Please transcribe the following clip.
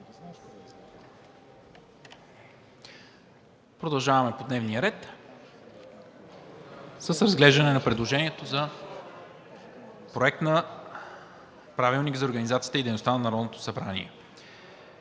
Продължаваме по дневния ред с разглеждане на предложението за Проект на правилник за организацията и дейността на Народното събрание.